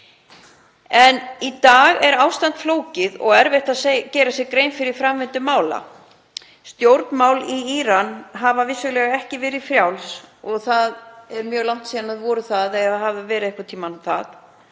Í dag er ástandið flókið og erfitt að gera sér grein fyrir framvindu mála. Stjórnmál í Íran hafa vissulega ekki verið frjáls og það er mjög langt síðan þau voru það ef þau hafa einhvern tímann